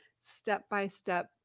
step-by-step